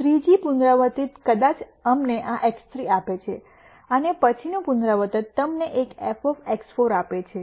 ત્રીજી પુનરાવૃત્તિ કદાચ અમને આ x3 આપે છે અને પછીનું પુનરાવર્તન તમને એક fx4 આપે છે